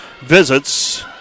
visits